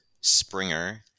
Springer